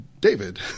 David